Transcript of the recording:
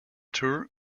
tour